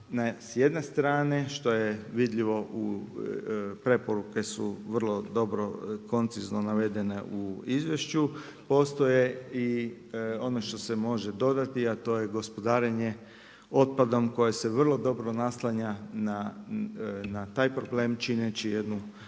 s jedne strane što je vidljivo, preporuke su vrlo dobro koncizno navedene u izvješću. Postoje i ono što se može dodati, a to je gospodarenje otpadom koje se vrlo dobro naslanja na taj problem čineći jednu vrlo